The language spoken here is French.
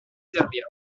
servir